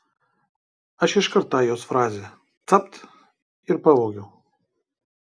aš iškart tą jos frazę capt ir pavogiau